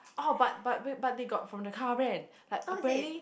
orh but but wait but they got from the car brand like apparently